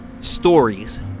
stories